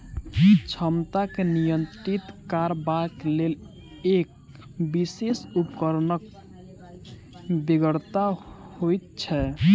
क्षमता के नियंत्रित करबाक लेल एक विशेष उपकरणक बेगरता होइत छै